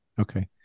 Okay